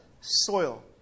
soil